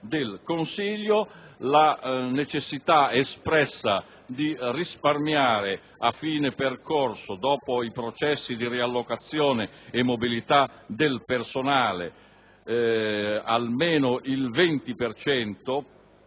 del Consiglio, la necessità espressa di risparmiare a fine percorso, dopo i processi di riallocazione e mobilità del personale, almeno il 20